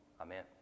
Amen